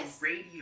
radio